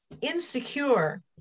insecure